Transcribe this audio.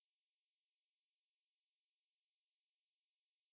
那个 心情比较爽 you know